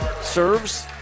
serves